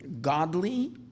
godly